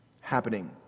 happening